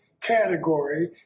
category